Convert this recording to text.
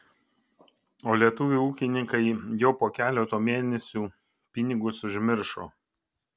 o lietuviai ūkininkai jau po keleto mėnesių pinigus užmiršo